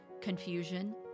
Confusion